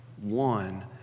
One